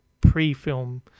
pre-film